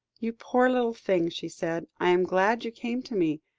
you poor little thing, she said. i am glad you came to me,